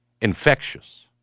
infectious